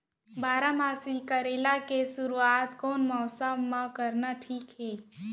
बारामासी करेला के शुरुवात कोन मौसम मा करना ठीक हे?